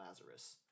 Lazarus